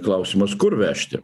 klausimas kur vežti